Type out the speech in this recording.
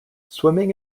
swimming